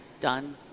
done